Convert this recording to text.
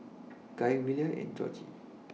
Gaye Willia and Georgie